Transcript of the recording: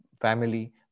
family